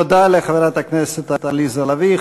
תודה לחברת הכנסת עליזה לביא.